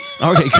Okay